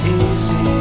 easy